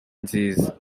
nziza